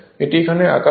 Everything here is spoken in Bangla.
এটি এখানে আঁকা হয়েছে